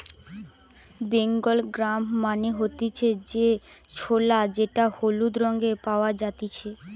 Bengal gram মানে হতিছে যে ছোলা যেটা হলুদ রঙে পাওয়া জাতিছে